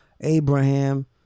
Abraham